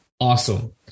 awesome